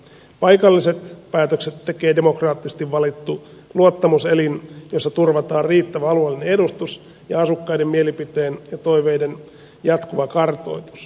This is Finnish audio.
paikalliset päätökset tekee demokraattisesti valittu luottamuselin jossa turvataan riittävä alueellinen edustus ja asukkaiden mielipiteen ja toiveiden jatkuva kartoitus